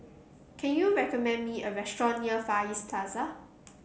can you recommend me a restaurant near Far East Plaza